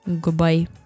Goodbye